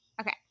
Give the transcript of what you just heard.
Okay